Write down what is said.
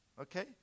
okay